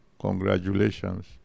congratulations